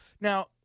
Now